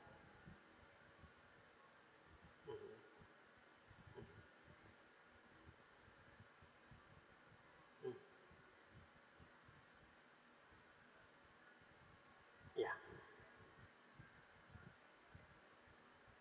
mmhmm mmhmm hmm yeah